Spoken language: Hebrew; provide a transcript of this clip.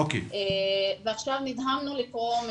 עכשיו נדהמנו לקרוא,